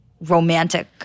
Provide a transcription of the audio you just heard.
romantic